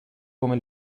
come